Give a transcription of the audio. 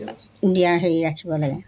দিয়া হেৰি ৰাখিব লাগে